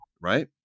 right